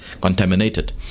Contaminated